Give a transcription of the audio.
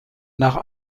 nach